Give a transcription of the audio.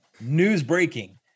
news-breaking